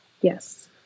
Yes